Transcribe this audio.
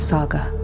Saga